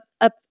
up